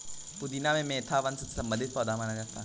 पुदीना मेंथा वंश से संबंधित पौधा माना जाता है